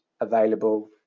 available